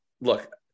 look